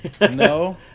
No